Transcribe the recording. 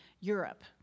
Europe